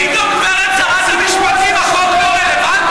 פתאום, גברת שרת המשפטים, החוק לא רלוונטי?